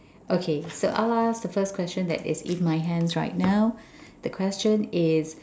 okay so I'll ask the first question that is in my hands right now the question is